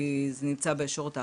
זה נמצא בישורת האחרונה,